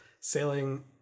sailing